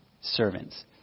servants